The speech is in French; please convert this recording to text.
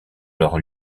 leurs